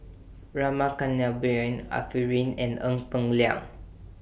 Rama Kannabiran Arifin and Ee Peng Liang